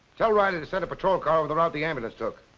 tell riley to send a patrol car over the route the ambulance took.